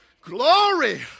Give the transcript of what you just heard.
Glory